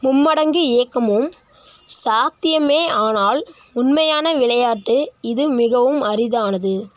மும்மடங்கு இயக்கமும் சாத்தியமே ஆனால் உண்மையான விளையாட்டு இது மிகவும் அரிதானது